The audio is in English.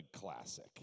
classic